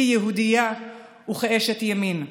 כיהודייה וכאשת ימין: